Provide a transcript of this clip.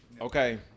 Okay